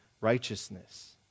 righteousness